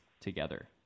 together